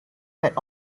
that